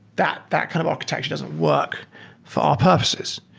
that that kind of architecture doesn't work for our purposes.